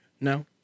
No